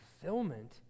fulfillment